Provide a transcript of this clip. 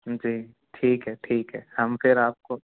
जी ठीक है ठीक है हम फिर आपको